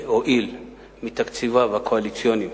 שהואיל להעביר מתקציביו הקואליציוניים